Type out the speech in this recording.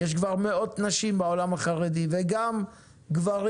יש כבר מאות נשים בעולם החרדי וגם גברים,